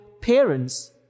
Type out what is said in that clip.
parents